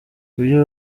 ibyo